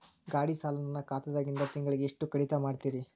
ಗಾಢಿ ಸಾಲ ನನ್ನ ಖಾತಾದಾಗಿಂದ ತಿಂಗಳಿಗೆ ಎಷ್ಟು ಕಡಿತ ಮಾಡ್ತಿರಿ?